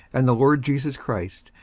and the lord jesus christ,